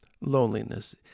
Loneliness